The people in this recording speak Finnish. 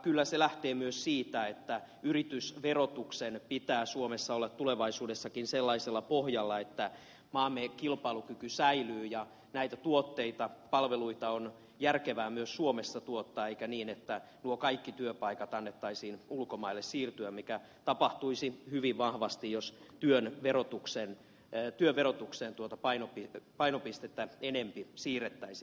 kyllä se lähtee myös siitä että yritysverotuksen pitää suomessa olla tulevaisuudessakin sellaisella pohjalla että maamme kilpailukyky säilyy ja näitä tuotteita palveluita on järkevää myös suomessa tuottaa eikä niin että noiden kaikkien työpaikkojen annettaisiin ulkomaille siirtyä mikä tapahtuisi hyvin vahvasti jos työn verotukseen painopistettä enempi siirrettäisiin